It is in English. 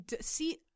see